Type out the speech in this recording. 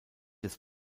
des